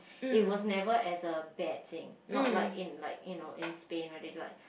it was never as a bad thing not like in like you know Spain where they like